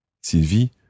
Sylvie